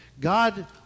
God